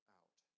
out